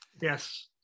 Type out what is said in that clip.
Yes